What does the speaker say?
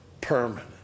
permanent